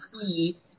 see